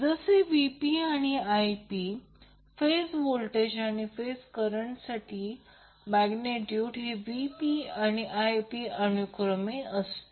जसे Vp आणि Ip phase voltage आणि फेज करंट ज्यांच्यासाठी मॅग्नेट्यूड Vpआणि Ip अनुक्रमे असतो